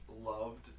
loved